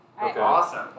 Awesome